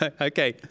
okay